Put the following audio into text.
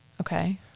Okay